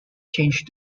changed